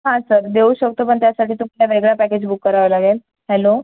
हां सर देऊ शकतो पण त्यासाठी तुम्हाला वेगळा पॅकेज बुक करावा लागेल हॅलो